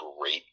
great